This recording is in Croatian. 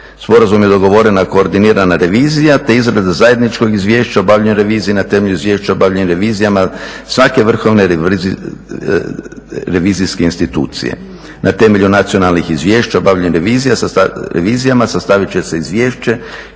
Sporazumom je dogovorena koordinirana revizija te izrada zajedničkog izvješća o obavljenoj reviziji na temelju izvješća o obavljenim revizijama svake vrhovne revizijske institucije. Na temelju nacionalnih izvješća o obavljenim revizijama sastavit će se izvješće